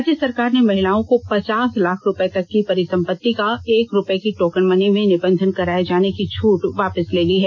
राज्य सरकार ने महिलाओं को पचास लाख रुपए तक की परिसंपत्ति का एक रुपए की टोकन मनी में निबंधन कराए जाने की छूट वापस ले ली है